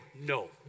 no